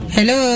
Hello